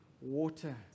water